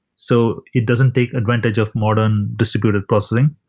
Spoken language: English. so it doesn't take advantage of modern distributed processing.